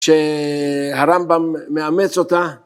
שהרמב״ם מאמץ אותה